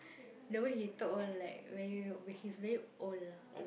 the way he talk all like very he's very old lah